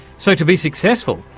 so to be successful,